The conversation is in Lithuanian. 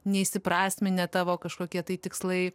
neįprasminę tavo kažkokie tai tikslai